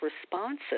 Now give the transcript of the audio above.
responses